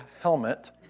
helmet